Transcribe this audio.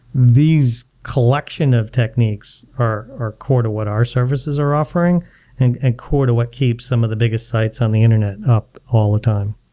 these collection of techniques are are core to what our services are offering and and core to what keeps some of the biggest sites on the internet all the time.